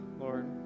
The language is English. lord